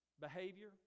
behavior